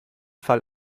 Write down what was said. fall